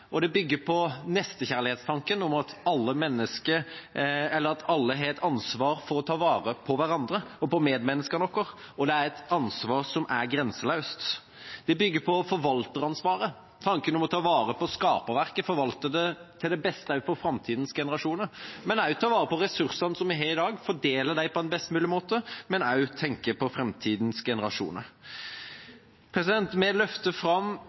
Det bygger på nestekjærlighetstanken, det at alle har et ansvar for å ta vare på hverandre, på medmenneskene våre, og det er et ansvar som er grenseløst. Det bygger på forvalteransvaret, tanken om å ta vare på skaperverket og forvalte det til det beste også for framtidens generasjoner, og å ta vare på de ressursene vi har i dag, fordele dem på en best mulig måte, men også tenke på framtidens generasjoner. Vi løfter fram viktige felles verdier som vi ønsker å bære videre. Vi løfter fram